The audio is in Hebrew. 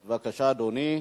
בבקשה, אדוני.